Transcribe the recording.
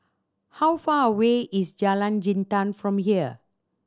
how far away is Jalan Jintan from here